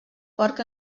porc